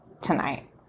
tonight